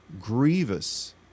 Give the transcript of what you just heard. grievous